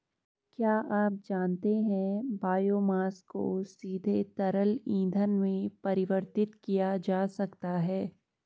क्या आप जानते है बायोमास को सीधे तरल ईंधन में परिवर्तित किया जा सकता है?